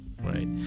right